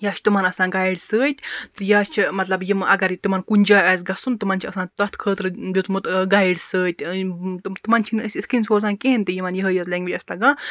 یا چھ تِمَن آسان گایِڈ سۭتۍ یا چھُ مَطلَب یِم اَگَر تِمَن کُنہِ جایہِ آسہِ گَژھُن تِمَن چھ آسان تتھ خٲطرٕ دیُتمُت گایِڈ سۭتۍ تِمَن چھِنہٕ أسۍ یِتھ کٔنۍ سوزان کِہیٖنۍ تہِ یِمَن یِہے یٲژ لینٛگویج ٲسۍ تَگان